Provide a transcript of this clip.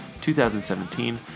2017